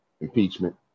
Impeachment